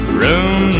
room